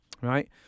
right